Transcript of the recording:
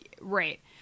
right